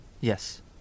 Yes